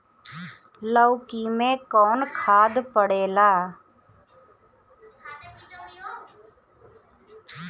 लौकी में कौन खाद पड़ेला?